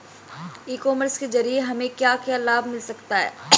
ई commerce के ज़रिए हमें क्या क्या लाभ मिल सकता है?